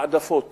העדפות